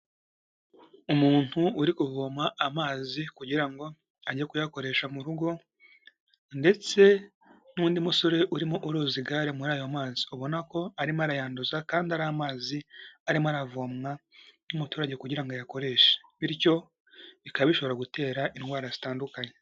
Umuntu uri kuvoma amazi, kugira ngo ajye kuyakoresha mu rugo, ndetse n'undi musore urimo uroza igare muri ayo mazi. Ubona ko arimo arayanduza, kandi ari amazi arimo aravomwa n'umuturage kugira ngo ayakoreshe. Bityo bikaba bishobora gutera indwara zitandukanye.